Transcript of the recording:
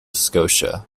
scotia